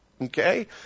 okay